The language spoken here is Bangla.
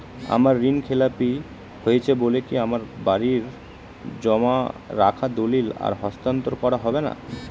আমার ঋণ খেলাপি হয়েছে বলে কি আমার বাড়ির জমা রাখা দলিল আর হস্তান্তর করা হবে না?